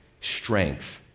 strength